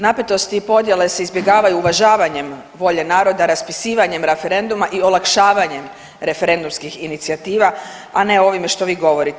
Napetosti i podjele se izbjegavaju uvažavanjem volje naroda, raspisivanjem raferenduma i olakšavanjem referendumskih inicijativa, a ne ovime što vi govorite.